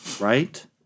right